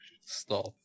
Stop